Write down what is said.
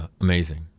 amazing